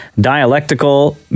dialectical